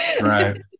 Right